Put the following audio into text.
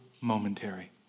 momentary